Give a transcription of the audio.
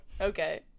Okay